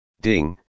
Ding